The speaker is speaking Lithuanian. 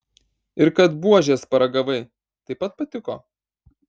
ir kad buožės paragavai taip pat patiko